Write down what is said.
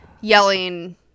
yelling